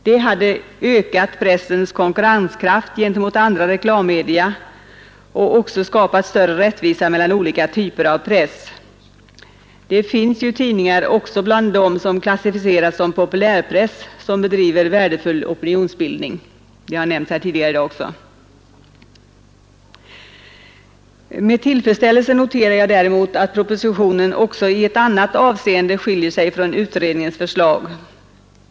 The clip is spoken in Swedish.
Det hade ökat pressens konkurrenskraft gentemot andra reklammedia och även skapat större rättvisa mellan olika typer av press. Det finns ju tidningar, också bland dem som klassificeras som populärpress, som bedriver värdefull opinionsbildning. Också det har tidigare nämnts här i dag. Däremot noterar jag med tillfredsställelse att propositionen också i ett annat avseende skiljer sig från utredningens förslag.